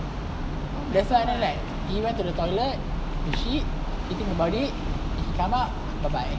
that's why then like he went to the toilet he shit thinking about it he come out bye bye